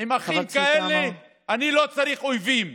עם אחים כאלה אני לא צריך אויבים,